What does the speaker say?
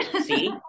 See